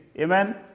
amen